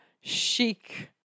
chic